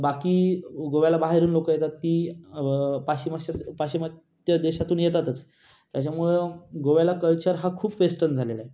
बाकी गोव्याला बाहेरून लोकं येतात ती पाश्चिमाश्च्य पाश्चिमात्य देशातून येतातच त्याच्यामुळं गोव्याला कल्चर हा खूप फेस्टर्न झालेला आहे